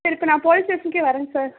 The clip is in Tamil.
சார் இப்போ நான் போலீஸ் ஸ்டேஷனுக்கே வர்றங்க சார்